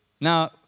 Now